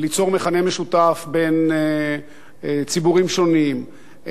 ליצור מכנה משותף בין ציבורים שונים,